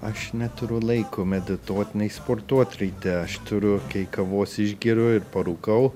aš neturiu laiko medituot nei sportuot ryte aš turiu kai kavos išgeriu ir parūkau